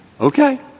Okay